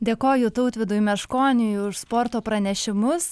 dėkoju tautvydui meškoniui už sporto pranešimus